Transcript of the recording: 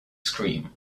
scream